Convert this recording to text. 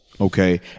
Okay